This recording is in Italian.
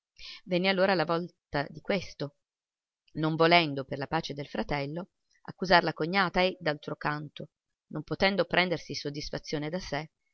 venne allora la volta di questo non volendo per la pace del fratello accusar la cognata e d'altro canto non potendo prendersi soddisfazione da sé